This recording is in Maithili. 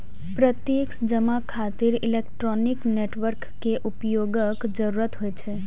प्रत्यक्ष जमा खातिर इलेक्ट्रॉनिक नेटवर्क के उपयोगक जरूरत होइ छै